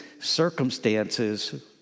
circumstances